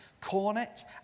cornet